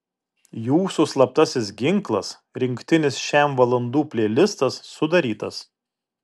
jūsų slaptasis ginklas rinktinis šem valandų pleilistas sudarytas